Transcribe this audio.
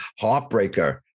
Heartbreaker